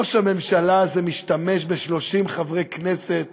ראש הממשלה הזה משתמש ב-30 חברי כנסת